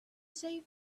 save